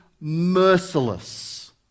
merciless